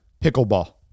pickleball